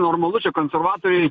normalu čia konservatoriai